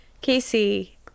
Casey